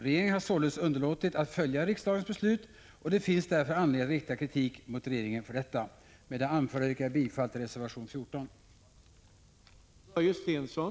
Regeringen har således underlåtit att följa riksdagens beslut, och det finns därför anledning att rikta kritik mot regeringen för detta. Med det anförda yrkar jag bifall till reservation 14.